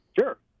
Sure